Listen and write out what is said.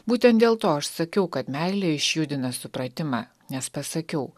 būtent dėl to aš sakiau kad meilė išjudina supratimą nes pasakiau